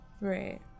Right